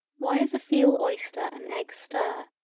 why is a feel oyster an egg stir.